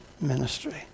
ministry